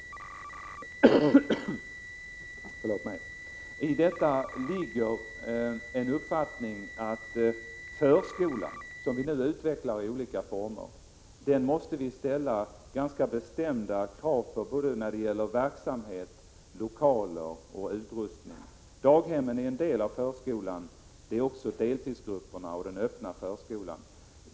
Bakom detta ligger uppfattningen att vi på förskolan, som vi nu utvecklar i olika former, måste ställa ganska bestämda krav när det gäller både verksamhet, lokaler och utrustning. Daghemmen utgör en del av förskolan. Det gör också deltidsgrupperna och den öppna förskolan.